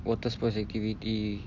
water sports activity